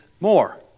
more